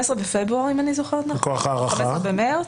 במרס.